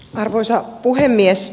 arvoisa puhemies